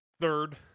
third